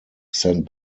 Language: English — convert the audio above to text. sent